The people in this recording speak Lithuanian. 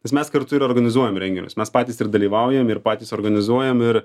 nes mes kartu ir organizuojam renginius mes patys ir dalyvaujam ir patys organizuojam ir